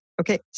okay